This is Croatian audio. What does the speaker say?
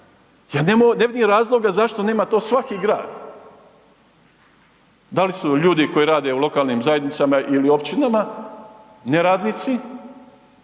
Ja ne vidim razloga zašto nema to svaki grad. Da li su ljudi koji rade u lokalnim zajednicama ili općinama neradnici